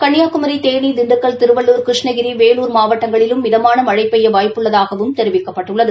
கள்ளியாகுமரி தேனி திண்டுக்கல் திருவள்ளூர் கிருஷ்ணகிரி வேலூர் மாவட்டங்களிலும் மிதமான மழை பெய்ய வாய்ப்பு உள்ளதாகவும் தெரிவிக்கப்பட்டுள்ளது